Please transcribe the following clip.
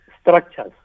structures